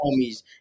homies